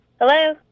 Hello